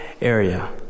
area